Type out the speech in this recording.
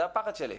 זה הפחד שלי.